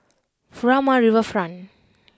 Furama Riverfront